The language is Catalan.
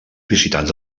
visitants